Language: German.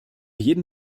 jeden